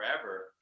forever